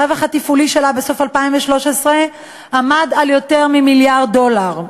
הרווח התפעולי שלה בסוף 2013 עמד על יותר ממיליארד דולר.